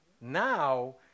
now